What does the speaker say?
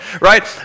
Right